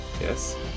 Yes